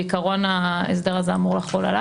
בעיקרון ההסדר הזה אמור לחול עליו.